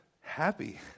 happy